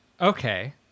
Okay